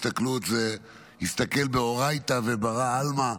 ההסתכלות היא "אסתכל באורייתא וברא עלמא".